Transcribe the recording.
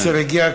המסר הגיע.